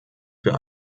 für